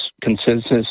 consensus